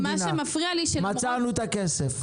מצאנו את הכסף.